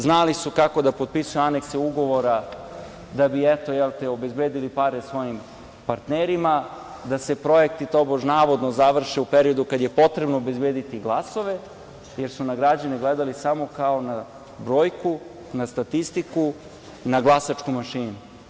Znali su kako da potpisuju anekse ugovora da bi, eto, obezbedili pare svojim partnerima, da se projekti tobože navodno završe u periodu kada je potrebno obezbediti glasove, jer su na građane gledali samo kao na brojku, na statistiku, na glasačku mašinu.